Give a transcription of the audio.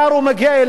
אדוני היושב-ראש,